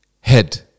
head